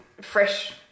fresh